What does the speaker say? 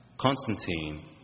Constantine